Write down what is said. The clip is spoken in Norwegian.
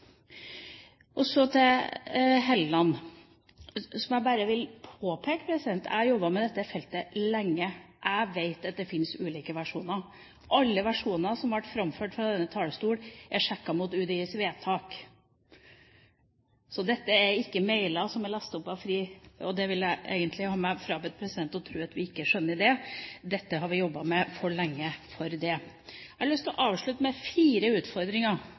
Så til Helleland: Jeg vil påpeke at jeg har jobbet med dette feltet lenge. Jeg vet at det finnes ulike versjoner. Alle versjoner som ble framført fra denne talerstolen, er sjekket mot UDIs vedtak. Så dette er ikke mailer som er lastet opp. Jeg vil ha meg frabedt at man tror at vi ikke skjønner det. Dette har vi jobbet med for lenge til det. Jeg har lyst til å avslutte med fire utfordringer